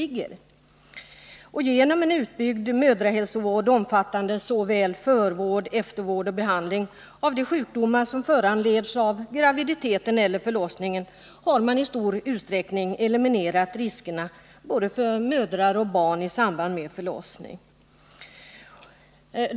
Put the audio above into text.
Genom en utbyggd mödrahälsovård, som omfattar såväl förvård och eftervård som behandling av de sjukdomar som föranletts av graviditeten eller förlossningen, har man i stor utsträckning eliminerat riskerna för både mödrar och barn i samband med förlossning.